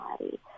body